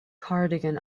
cardigan